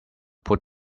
put